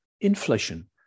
inflation